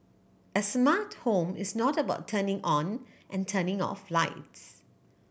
a smart home is not about turning on and turning off lights